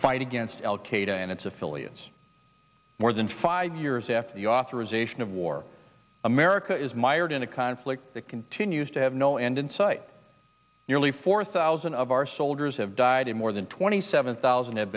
fight against al qaeda and its affiliates more than five years after the authorization of war america is mired in a conflict that continues to have no end in sight nearly four thousand of our soldiers have died and more than twenty seven thousand ha